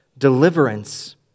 deliverance